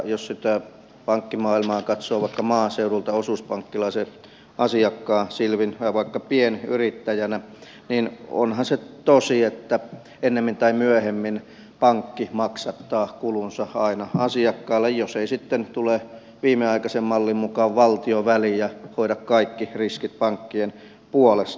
jos sitä pankkimaailmaa katsoo vaikka maaseudulta osuuspankkilaisen asiakkaan silmin tai vaikka pienyrittäjänä niin onhan se tosi että ennemmin tai myöhemmin pankki maksattaa kulunsa aina asiakkaalla jos ei sitten tule viimeaikaisen mallin mukaan valtio väliin ja hoida kaikkia riskejä pankkien puolesta